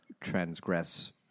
transgress